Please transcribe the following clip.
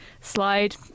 slide